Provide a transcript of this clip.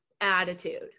attitude